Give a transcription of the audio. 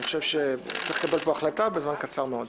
אני חושב שצריך לקבל החלטה בזמן קצר מאוד.